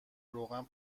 روغن